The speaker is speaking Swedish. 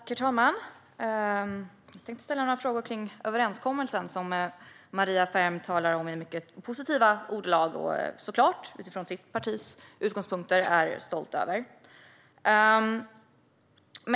Herr talman! Jag tänkte ställa några frågor om överenskommelsen som Maria Ferm talar om i mycket positiva ordalag och som hon såklart, utifrån sitt partis utgångspunkter, är stolt över.